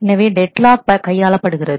எனவே deadlock கையாளப்படுகிறது